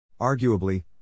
arguably